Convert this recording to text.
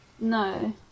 No